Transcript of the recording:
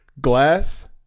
Glass